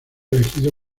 elegido